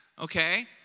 okay